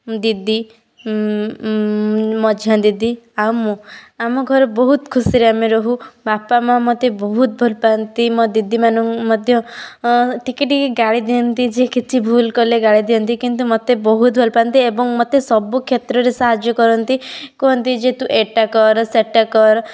ଦିଦି ମଝିଆ ଦିଦି ଆଉ ମୁଁ ଆମ ଘରେ ବହୁତ ଖୁସିରେ ଆମେ ରହୁ ବାପା ମାଆ ମୋତେ ବହୁତ ଭଲ ପାଆନ୍ତି ମୋ ଦିଦିମାନଙ୍କୁ ମଧ୍ୟ ଟିକେ ଟିକେ ଗାଳି ଦିଅନ୍ତି ଯେ କିଛି ଭୁଲ୍ କଲେ ଗାଳି ଦିଅନ୍ତି କିନ୍ତୁ ମୋତେ ବହୁତ ଭଲ ପାଆନ୍ତି ଏବଂ ମୋତେ ସବୁକ୍ଷେତ୍ରରେ ସାହାଯ୍ୟ କରନ୍ତି କୁହନ୍ତି ଯେ ତୁ ଏଟା କର ସେଟା କର